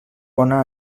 bona